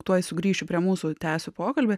tuoj sugrįšiu prie mūsų tęsiu pokalbį